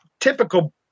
typical